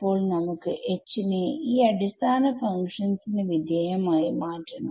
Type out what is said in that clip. ഇപ്പോൾ നമുക്ക് H നെ ഈ അടിസ്ഥാന ഫങ്ക്ഷന്സ് ന് വിധേയമായി മാറ്റണം